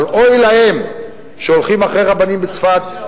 אבל אוי להם שהולכים אחרי רבנים בצפת,